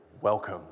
welcome